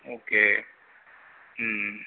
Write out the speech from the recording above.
okay ம் ம்